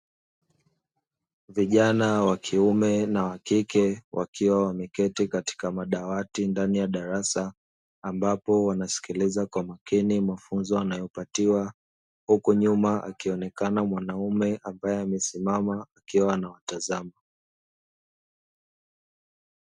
Vijana wakiume na wakike wakiwa wameketi katika madawati ndani ya darasa ambapo wanasikiliza kwa makini mafunzo wanayopatiwa huku nyuma akionekana mwanaume ambaye amesimama akiwa anawatazama.